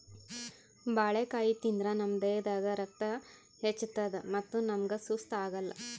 ಬಾಳಿಕಾಯಿ ತಿಂದ್ರ್ ನಮ್ ದೇಹದಾಗ್ ರಕ್ತ ಹೆಚ್ಚತದ್ ಮತ್ತ್ ನಮ್ಗ್ ಸುಸ್ತ್ ಆಗಲ್